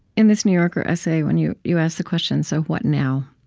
in this new yorker essay, when you you asked the question, so what now?